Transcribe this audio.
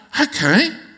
okay